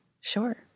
Sure